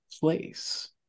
place